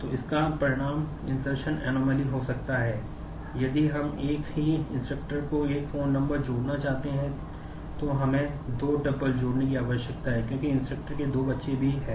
तो इसका परिणाम इंसर्शन अनोमली जोड़ने की आवश्यकता है क्योंकि instructor के दो बच्चे भी हैं